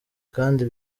kandi